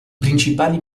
principali